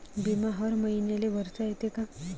बिमा हर मईन्याले भरता येते का?